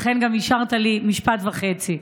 לכן גם אישרת לי משפט וחצי.